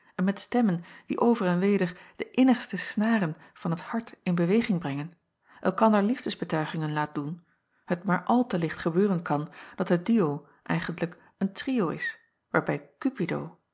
met stemmen die over en weder de innigste snaren van het hart in beweging brengen elkander liefdesbetuigingen laat doen het maar al te licht gebeuren kan dat de duo eigentlijk een trio is waarbij upido